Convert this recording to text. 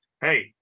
hey